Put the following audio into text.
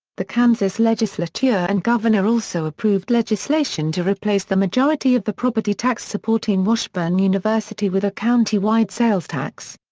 the kansas legislature and governor also approved legislation to replace the majority of the property tax supporting washburn university with a countywide sales tax.